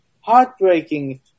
heartbreaking